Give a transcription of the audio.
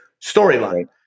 storyline